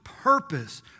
Purpose